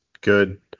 good